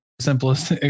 simplest